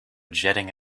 jetting